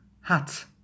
hat